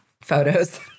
Photos